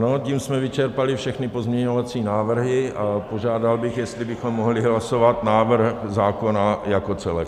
Ano, tím jsme vyčerpali všechny pozměňovací návrhy a požádal bych, jestli bychom mohli hlasovat návrh zákona jako celek.